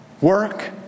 Work